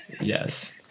Yes